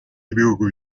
y’ibihugu